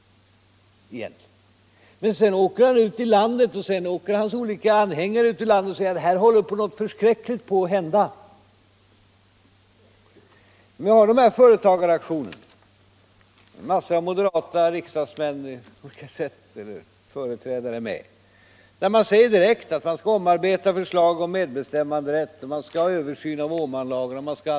Det andra är att han sedan reser ut till sina anhängare ute i landet och säger: Här håller något förskräckligt på att hända. Sedan har vi haft denna företagaraktion, där en stor mängd moderata riksdagsmän var med och där man direkt sade att nu skall förslaget om medbestämmanderätt omarbetas och en översyn göras av Åman lagarna osv.